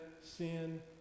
sin